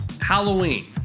Halloween